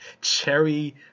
cherry